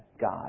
God